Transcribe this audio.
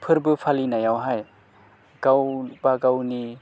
फोरबो फालिनायावहाय गावबागावनि